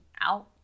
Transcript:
out